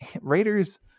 Raiders